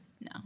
No